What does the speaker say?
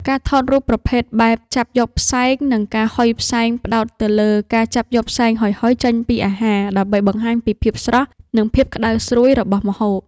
ការថតរូបប្រភេទ បែបចាប់យកផ្សែង និងការហុយផ្សែងផ្ដោតទៅលើការចាប់យកផ្សែងហុយៗចេញពីអាហារ ដើម្បីបង្ហាញពីភាពស្រស់ និងភាពក្ដៅស្រួយរបស់ម្ហូប។